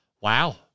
Wow